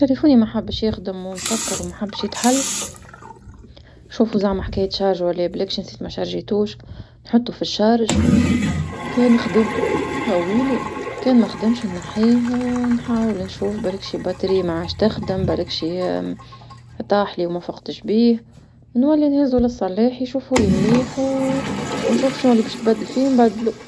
تليفوني ما حبش يخدم ومسكر وما حبش يتحل، شوفو زعما حكاية شحن ولا بلكش نسيت ما شحنتوش، نحطو في الشاحن، كان خدم هاوينو كان ما خدمش نحيه ونحاول نشوف بلاكشي بطارية ما عاش تخدم برلاكشي طاحلي ومافقتش بيه، نولي نهزو للصلاح يشوفو المليح ونشوف شنوا اللي باش نبدل فيه نبدلو.